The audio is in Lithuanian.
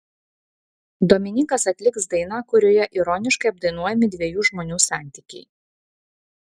dominykas atliks dainą kurioje ironiškai apdainuojami dviejų žmonių santykiai